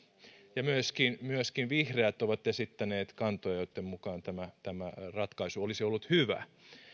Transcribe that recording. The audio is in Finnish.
myöskin myöskin vihreät ovat esittäneet kantoja joitten mukaan tämä tämä ratkaisu olisi ollut hyvä